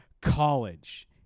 college